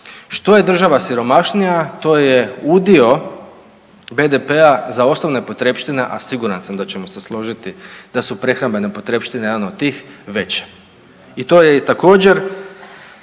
Što je država siromašnija to je udio BDP-a za osnovne potrepštine, a siguran sam da ćemo se složiti da su prehrambene potrepštine jedan od tih veće